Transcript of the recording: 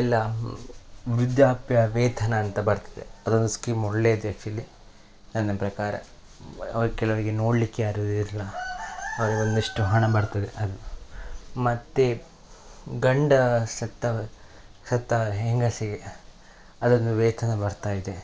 ಎಲ್ಲ ವೃದ್ಯಾಪ್ಯ ವೇತನ ಅಂತ ಬರ್ತದೆ ಅದೊಂದು ಸ್ಕೀಮ್ ಒಳ್ಳೆಯದು ಆ್ಯಕ್ಚುಲಿ ನನ್ನ ಪ್ರಕಾರ ಅವ್ರು ಕೆಲವರಿಗೆ ನೋಡಲಿಕ್ಕೆ ಯಾರು ಇರಲ್ಲ ಅವರಿಗೊಂದಿಷ್ಟು ಹಣ ಬರ್ತದೆ ಅದು ಮತ್ತೆ ಗಂಡ ಸತ್ತವ ಸತ್ತ ಹೆಂಗಸಿಗೆ ಅದೊಂದು ವೇತನ ಬರ್ತಾ ಇದೆ